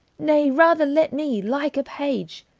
nay, rather let me, like a page,